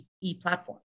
e-platform